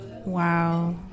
Wow